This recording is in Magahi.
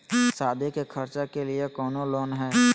सादी के खर्चा के लिए कौनो लोन है?